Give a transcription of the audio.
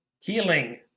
Healing